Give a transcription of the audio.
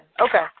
Okay